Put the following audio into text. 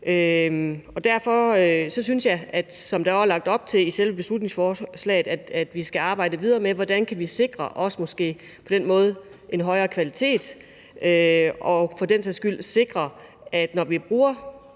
beslutningsforslaget, at vi skal arbejde videre med, hvordan vi måske på den måde kan sikre en højere kvalitet og for den sags skyld sikre, at når vi bruger